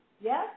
Yes